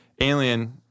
alien